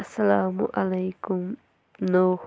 اَسَلامُ علیکُم نوٚو